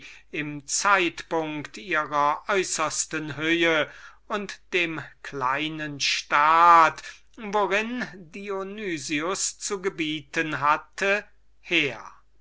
im zeitpunkt ihrer äußersten höhe und dem kleinen staat worin dionys zu gebieten hatte her